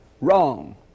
Wrong